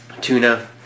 tuna